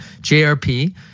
JRP